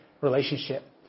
relationship